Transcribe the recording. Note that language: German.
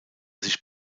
sich